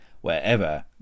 wherever